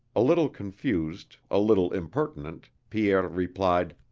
a little confused, a little impertinent, pierre replied